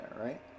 right